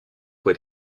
what